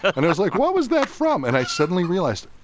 and i was like, what was that from? and i suddenly realized,